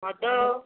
ମଦ